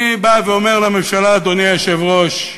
אני בא ואומר לממשלה, אדוני היושב-ראש: